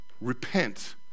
Repent